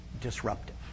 disruptive